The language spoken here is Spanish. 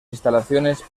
instalaciones